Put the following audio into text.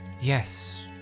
Yes